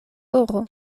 oro